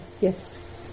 yes